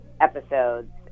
episodes